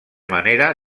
manera